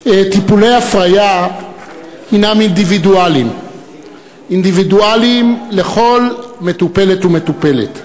טיפולי הפריה הנם אינדיבידואליים לכל מטופלת ומטופלת.